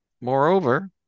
Moreover